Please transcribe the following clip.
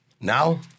Now